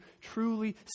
truly